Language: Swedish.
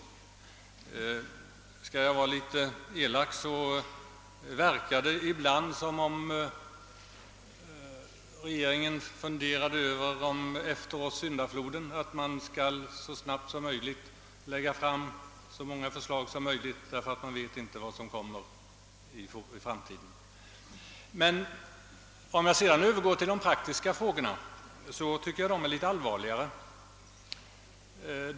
Om jag skall vara litet elak här, kan jag säga att det ibland verkar som om man i regeringen resonerade så: efter oss syndafloden. Det vill synas som om man så snabbt som möjligt vill lägga fram så många förslag som möjligt, därför att man inte vet vad som kommer i framtiden. Om jag sedan övergår till de praktiska frågorna, så är de litet allvarligare.